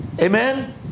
Amen